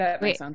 wait